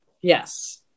Yes